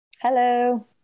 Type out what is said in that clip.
Hello